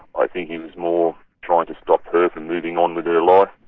i think he was more trying to stop her from moving on with her life,